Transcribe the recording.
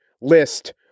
list